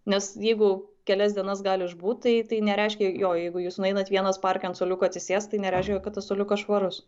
nes jeigu kelias dienas gali išbūt tai tai nereiškia jo jeigu jūs nueinat vienas parke ant suoliuko atsisėst tai nereiškia kad tas suoliukas švarus